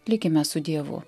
likime su dievu